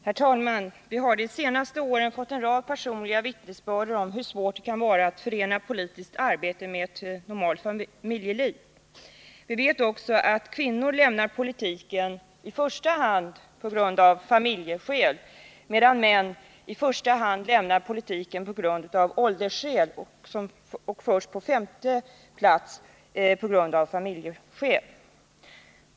Herr talman! Vi har de senaste åren fått en rad personliga vittnesbörd om hur svårt det kan vara att förena politiskt arbete med ett normalt familjeliv. Vi vet också att kvinnor lämnar politiken i första hand av familjeskäl, medan män lämnar politiken i första hand av åldersskäl och först på femte plats anger familjeskäl.